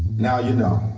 now you know.